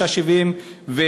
9.70,